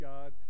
God